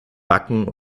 backen